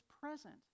present